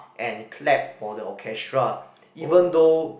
and clap for the orchestra even though